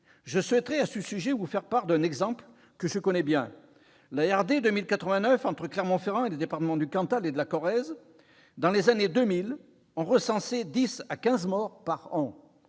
je souhaite vous faire part d'un exemple que je connais bien, la RD 2089 entre Clermont-Ferrand et les départements du Cantal et de la Corrèze. Dans les années 2000, on recensait dix à quinze morts par an,